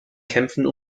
kämpfen